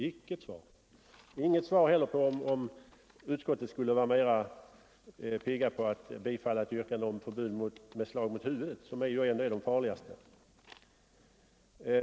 Inte heller har man svarat på frågan om utskottet skulle vara mera berett att bifalla ett förbud för slag mot huvudet, som är det farligaste.